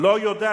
לא יודע,